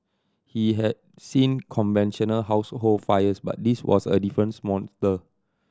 he had seen conventional household fires but this was a different monster